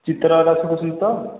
ଚିତ୍ର ହରିକା ଶିଖୋଉଛନ୍ତି ତ